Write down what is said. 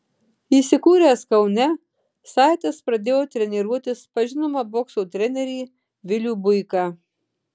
įsikūręs kaune saitas pradėjo treniruotis pas žinomą bokso trenerį vilių buiką